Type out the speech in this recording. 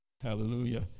Hallelujah